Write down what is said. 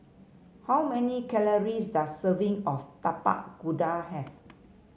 how many calories does a serving of Tapak Kuda have